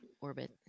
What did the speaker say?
orbit